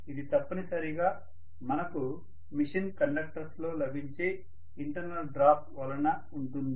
ఇది తప్పనిసరిగా మనకు మెషిన్ కండక్టర్స్ లో లభించే ఇంటర్నల్ డ్రాప్ వల్ల ఉంటుంది